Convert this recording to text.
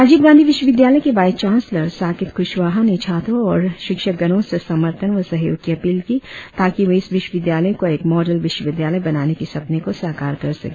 राजीव गांधी विश्वविद्यालय के vice chancellor Saket Kushwaha ने छात्रों और शिक्षकगणो से समर्थन व सहयोग की अपील की ताकि वह इस विश्वविद्यालय को एक मॉडल विश्वविद्यालय बनाने के सपने को साकार कर सके